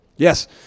Yes